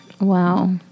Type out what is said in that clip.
Wow